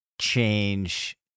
change